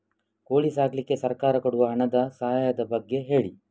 ಕೋಳಿ ಸಾಕ್ಲಿಕ್ಕೆ ಸರ್ಕಾರ ಕೊಡುವ ಹಣದ ಸಹಾಯದ ಬಗ್ಗೆ ಹೇಳಿ